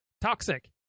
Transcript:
toxic